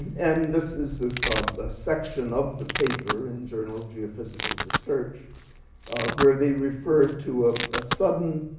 and this is a section of the paper in journal of geophysical research where they refer to ah a sudden